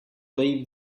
leave